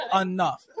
enough